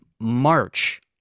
March